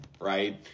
right